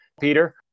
Peter